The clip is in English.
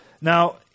Now